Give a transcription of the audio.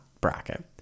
bracket